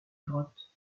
grottes